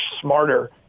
smarter